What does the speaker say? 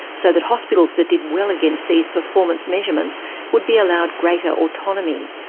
so that hospitals that did well against these performance measurements would be allowed greater autonomy.